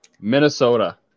Minnesota